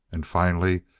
and finally,